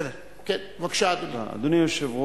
בבקשה, אדוני.